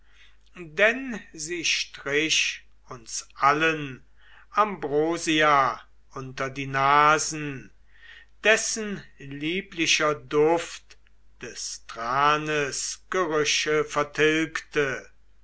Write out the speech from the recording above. denn sie strich uns allen ambrosia unter die nasen dessen lieblicher duft des tranes gerüche vertilgte